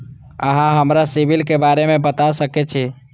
अहाँ हमरा सिबिल के बारे में बता सके छी?